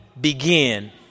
begin